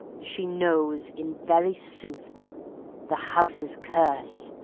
she knows in very sooth the house's curse,